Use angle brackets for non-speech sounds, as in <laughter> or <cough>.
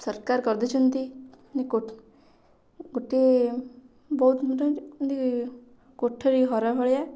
ସରକାର କରିଦେଇଛନ୍ତି ଗୋଟେ ବହୁତ <unintelligible> ଏମତି କୋଠରୀ ଘର ଭଳିଆ